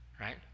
Right